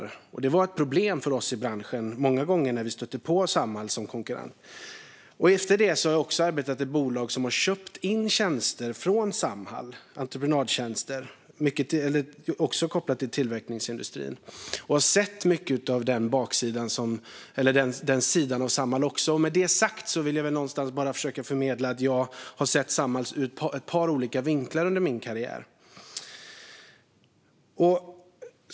Det blev många gånger ett problem för oss i branschen när vi stötte på Samhall. Efter det har jag arbetat i bolag som har köpt in entreprenadtjänster från Samhall, också kopplat till tillverkningsindustrin. Jag har sett den sidan av Samhall. Med detta sagt har jag velat förmedla att jag har sett Samhall ur ett par olika vinklar under min karriär.